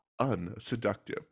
unseductive